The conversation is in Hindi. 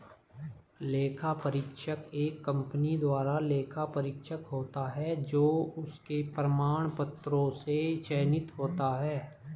लेखा परीक्षक एक कंपनी द्वारा लेखा परीक्षक होता है जो उसके प्रमाण पत्रों से चयनित होता है